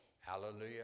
hallelujah